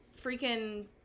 freaking